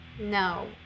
No